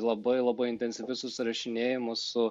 labai labai intensyvius susirašinėjimus su